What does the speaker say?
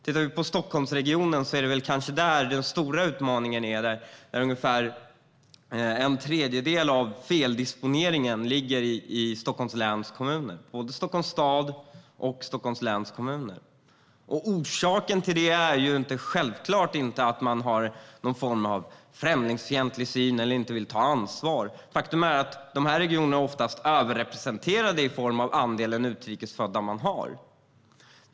Den stora utmaningen finns kanske i Stockholmskommunerna; ungefär en tredjedel av feldisponeringen finns i Stockholms stad och i Stockholms läns kommuner. Orsaken till detta är självklart inte att man har någon form av främlingsfientlig syn eller att man inte vill ta ansvar. Faktum är att dessa regioner oftast är överrepresenterade när det gäller hur stor andel utrikes födda man har.